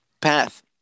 path